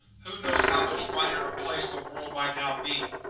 who knows how much finer a place the world might now be!